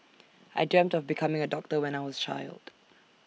I dreamt of becoming A doctor when I was A child